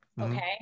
Okay